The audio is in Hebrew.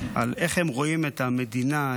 על איך הם רואים את המדינה,